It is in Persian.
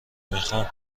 میخام